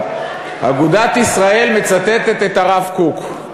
אגודת ישראל מצטטת את הרב קוק.